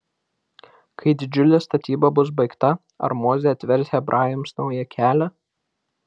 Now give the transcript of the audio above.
kai didžiulė statyba bus baigta ar mozė atvers hebrajams naują kelią